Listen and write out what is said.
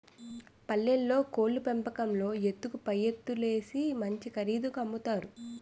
పల్లెల్లో కోళ్లు పెంపకంలో ఎత్తుకు పైఎత్తులేత్తు మంచి ఖరీదుకి అమ్ముతారు